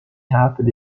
rápido